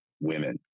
women